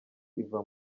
iva